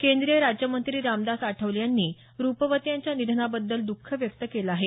केंद्रीय राज्यमंत्री रामदास आठवले यांनी रुपवते यांच्या निधनाबद्दल दःख व्यक्त केलं आहे